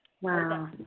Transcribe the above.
Wow